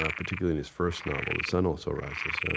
ah particularly in his first novel, the sun also rises. so